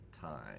time